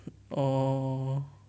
oh